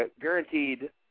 guaranteed